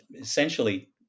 essentially